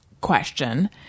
question